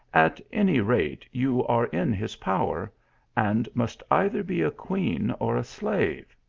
at any rate you are in his power and must either be a queen or a slave.